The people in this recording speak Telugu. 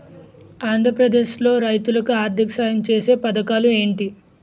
ఆంధ్రప్రదేశ్ లో రైతులు కి ఆర్థిక సాయం ఛేసే పథకాలు ఏంటి?